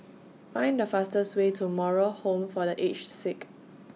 Find The fastest Way to Moral Home For The Aged Sick